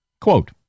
quote